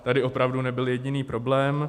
Tady opravdu nebyl jediný problém.